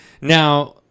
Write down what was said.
Now